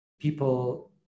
people